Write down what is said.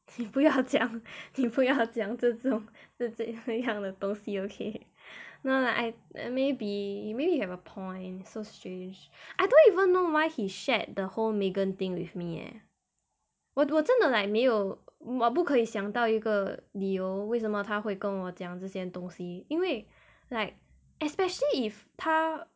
你不要讲你不要讲这种这这样的东西 okay no lah I maybe maybe you have a point so strange I don't even know why he shared the whole megan thing with me eh 我我真的 like 没有我不可以想到一个理由为什么他会跟我讲这些东西因为 like especially if 他